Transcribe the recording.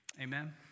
Amen